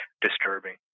disturbing